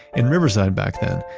in riverside back then,